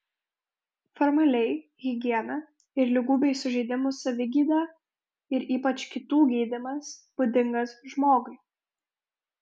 formaliai higiena ir ligų bei sužeidimų savigyda ir ypač kitų gydymas būdingas žmogui